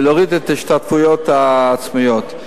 להוריד את ההשתתפויות העצמיות.